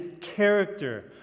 character